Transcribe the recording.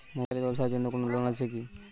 Mobile এর ব্যাবসার জন্য কোন লোন আছে কি?